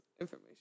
information